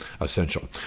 essential